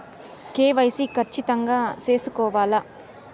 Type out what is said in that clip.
KYC ఖచ్చితంగా సేసుకోవాలా